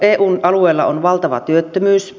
eun alueella on valtava työttömyys